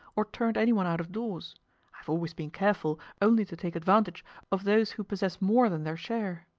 or turned any one out of doors i have always been careful only to take advantage of those who possess more than their share.